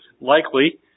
likely